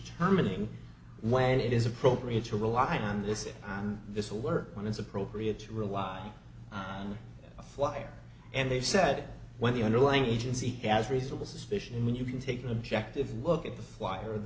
determining when it is appropriate to rely on this if this will work when it's appropriate to rely on a fire and they said when the underlying agency has reasonable suspicion when you can take an objective look at the flyer